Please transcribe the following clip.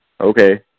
Okay